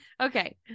Okay